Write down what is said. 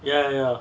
ya ya